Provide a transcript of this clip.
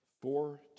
Four